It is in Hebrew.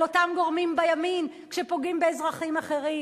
על אותם גורמים בימין כשפוגעים באזרחים אחרים.